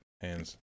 hands